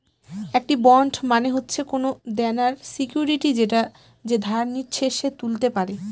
একটি বন্ড মানে হচ্ছে কোনো দেনার সিকুইরিটি যেটা যে ধার নিচ্ছে সে তুলতে পারে